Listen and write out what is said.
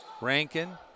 Rankin